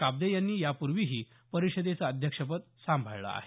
काब्दे यांनी यापूर्वीही परिषदेचं अध्यक्षपद सांभाळलं आहे